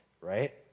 right